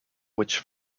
which